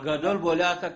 הגדול בולע את הקטן.